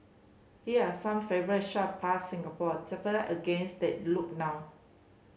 here are some favourite shot past Singapore tape against they look now